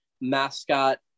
mascot